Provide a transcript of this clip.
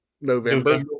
November